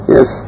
Yes